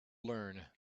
learn